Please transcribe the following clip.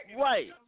Right